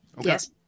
Yes